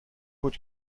بود